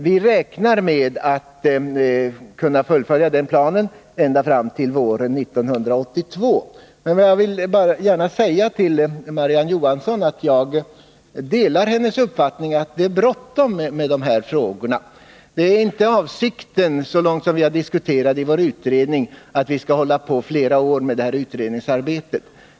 Vi räknar med att kunna fullfölja den planen ända fram till våren 1982. Jag vill gärna säga till Marie-Ann Johansson att jag delar hennes uppfattning att det är bråttom med dessa frågor. Det är inte avsikten — så långt som vi nu har diskuterat i utredningen — att hålla på i flera år med detta utredningsarbete.